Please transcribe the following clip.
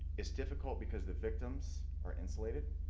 it's difficult because the victims are insulated,